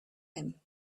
him